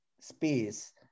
space